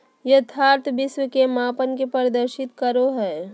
यथार्थ विश्व के मापन के प्रदर्शित करो हइ